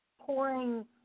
pouring